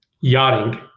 Yachting